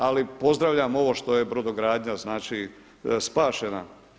Ali pozdravljam ovo što je brodogradnja, znači spašena.